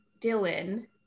dylan